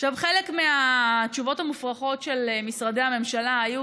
חלק מהתשובות המופרכות של משרדי הממשלה היו